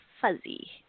fuzzy